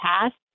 past